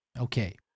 Okay